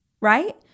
right